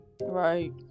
Right